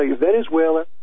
Venezuela